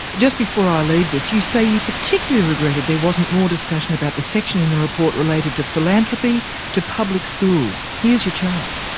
just before i leave this, you say you particularly regretted there wasn't more discussion on the section in the report related to philanthropy to public schools here's your chance.